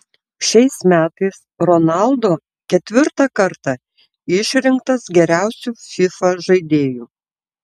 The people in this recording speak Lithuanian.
šiais metais ronaldo ketvirtą kartą išrinktas geriausiu fifa žaidėju